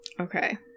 okay